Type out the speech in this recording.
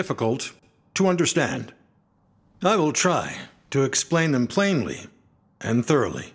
difficult to understand and i will try to explain them plainly and thoroughly